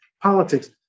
Politics